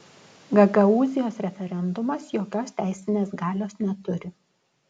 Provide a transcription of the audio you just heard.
gagaūzijos referendumas jokios teisinės galios neturi